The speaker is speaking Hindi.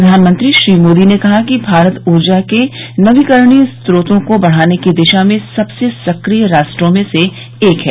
प्रधानमंत्री श्री मोदी ने कहा कि भारत ऊर्जा के नवीकरणीय स्नोतों को बढ़ाने की दिशा में सबसे सक्रिय राष्ट्रों में से हैं